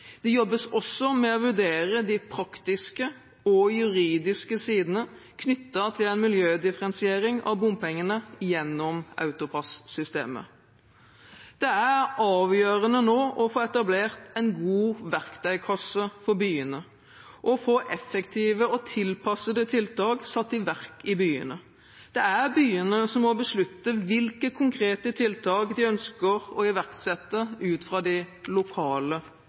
Det jobbes også med å vurdere de praktiske og juridiske sidene knyttet til en miljødifferensiering av bompengene gjennom AutoPASS-systemet. Det er avgjørende nå å få etablert en god verktøykasse for byene og få effektive og tilpassede tiltak satt i verk i byene. Det er byene som må beslutte hvilke konkrete tiltak de ønsker å iverksette ut fra de lokale